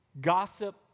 gossip